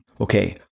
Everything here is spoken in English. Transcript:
Okay